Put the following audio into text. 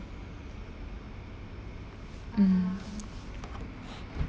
mm